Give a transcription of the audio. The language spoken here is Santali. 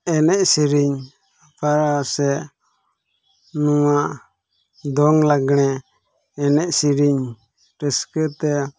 ᱮᱱᱮᱡ ᱥᱮᱨᱮᱧ ᱟᱨ ᱥᱮ ᱱᱚᱣᱟ ᱫᱚᱝ ᱞᱟᱜᱽᱬᱮ ᱮᱱᱮᱡ ᱥᱮᱨᱮᱧ ᱨᱟᱹᱥᱠᱟᱹ ᱛᱮ